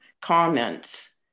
comments